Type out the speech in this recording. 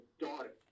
daughter